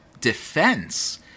defense